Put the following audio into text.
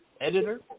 editor